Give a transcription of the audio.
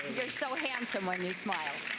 so handsome when you smile.